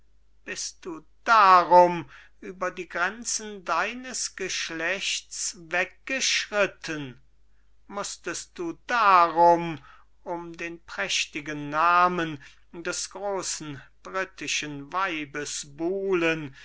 bist du darum über die grenzen deines geschlechts weggeschritten mußtest du darum um den prächtigen namen des großen brittischen weibes buhlen